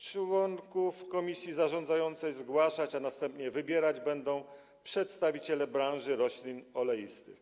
Członków komisji zarządzającej zgłaszać, a następnie wybierać będą przedstawiciele branży roślin oleistych.